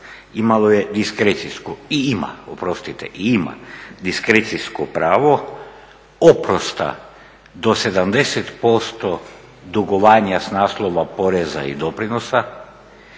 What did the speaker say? imalo je diskrecijsko, i ima oprostite, ima diskrecijsko pravo oprosta do 70% dugovanja s naslova poreza i doprinosa